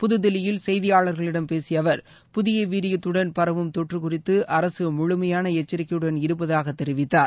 புதுதில்லியில் செய்தியாளர்களிடம் பேசிய அவர் புதிய வீரியத்துடன் பரவும் தொற்று குறித்து அரசு முழுமையான எச்சரிக்கையுடன் இருப்பதாகத் தெரிவித்தார்